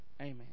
Amen